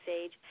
age